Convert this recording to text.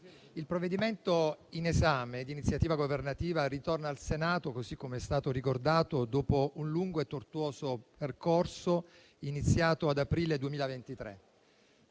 il provvedimento in esame, di iniziativa governativa, ritorna al Senato, così come è stato ricordato, dopo un lungo e tortuoso percorso iniziato ad aprile 2023.